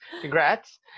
Congrats